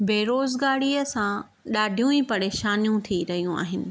बेरोज़गारीअ सां ॾाढियूं ई परेशानियूं थी रहियूं आहिनि